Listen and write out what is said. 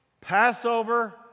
Passover